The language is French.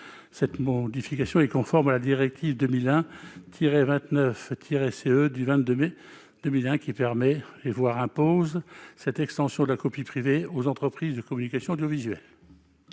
Cette modification est conforme à la directive 2001/29/CE du 22 mai 2001 qui permet, voire impose, cette extension de rémunération pour copie privée aux entreprises de communication audiovisuelle.